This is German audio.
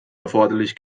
erforderlich